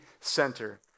center